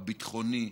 הביטחוני,